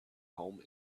home